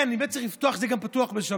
כן, אני באמת צריך לפתוח, שזה יהיה גם פתוח בשבת.